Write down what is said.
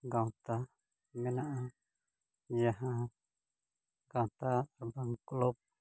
ᱜᱟᱶᱛᱟ ᱢᱮᱱᱟᱜᱼᱟ ᱡᱟᱦᱟᱸ ᱜᱟᱶᱛᱟ ᱟᱨ ᱵᱟᱝ ᱠᱞᱟᱵᱽ